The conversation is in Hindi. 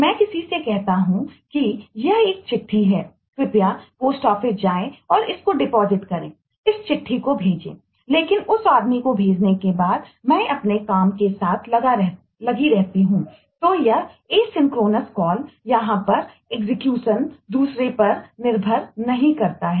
मैं किसी से कहता हूं कि यह एक चिट्ठी है कृपया पोस्ट ऑफिस दूसरे पर निर्भर नहीं करता है